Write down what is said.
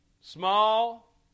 small